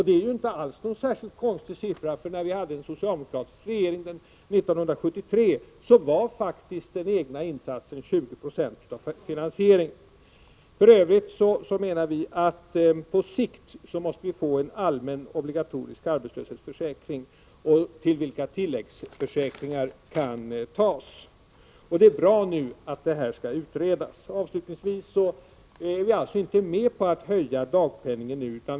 Det är inte någon anmärkningsvärd siffra, eftersom den egna insatsen var 20 90 av finansieringen när vi hade en socialdemokratisk regering 1973. För övrigt menar vi att man på sikt måste få en allmän obligatorisk arbetslöshetsförsäkring till vilken tilläggsförsäkringar skall kunna tecknas. Det är bra att detta nu skall utredas. Avslutningsvis: Vi går inte med på att man höjer dagpenningen nu.